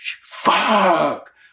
fuck